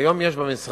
כיום יש במשרד,